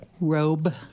Robe